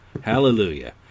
Hallelujah